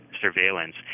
surveillance